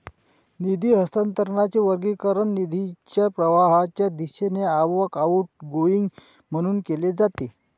निधी हस्तांतरणाचे वर्गीकरण निधीच्या प्रवाहाच्या दिशेने आवक, आउटगोइंग म्हणून केले जाते